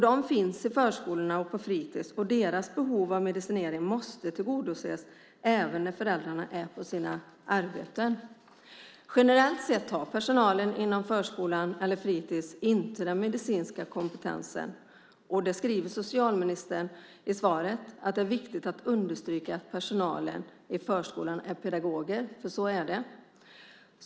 De finns i förskolorna och på fritids. Deras behov av medicinering måste tillgodoses även när föräldrarna är på sina arbeten. Generellt sett har personalen inom förskolan eller fritids inte den medicinska kompetensen. Socialministern skriver i svaret att det är viktigt att understryka att personalen i förskolan är pedagoger, för så är det.